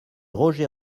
roger